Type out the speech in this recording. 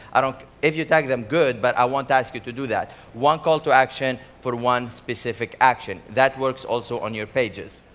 if you tag them, good. but i won't ask you to do that. one call to action for one specific action. that works also on your pages.